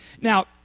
Now